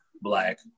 Black